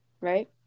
right